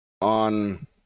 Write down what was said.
on